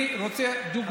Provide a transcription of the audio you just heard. אני רוצה דוגמה.